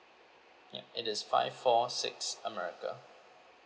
yup it is five four six america